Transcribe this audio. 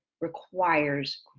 requires